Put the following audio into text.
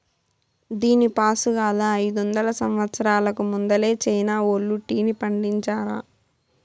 దీనిపాసుగాలా, అయిదొందల సంవత్సరాలకు ముందలే చైనా వోల్లు టీని పండించారా